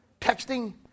texting